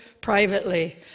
privately